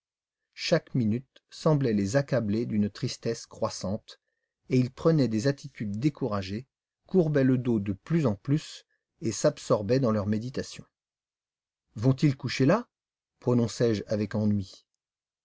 chaque minute semblait les accabler d'une tristesse croissante et ils prenaient des attitudes découragées courbaient le dos de plus en plus et s'absorbaient dans leurs méditations vont-ils coucher là prononçai je avec ennui